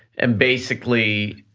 and basically,